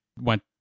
went